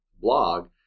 blog